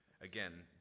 Again